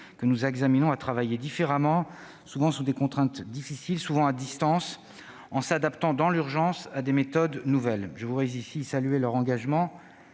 que nous examinons à travailler différemment, souvent sous des contraintes difficiles, à distance, en s'adaptant dans l'urgence à des méthodes nouvelles. Je voudrais ici saluer leur engagement